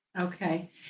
Okay